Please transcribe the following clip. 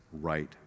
right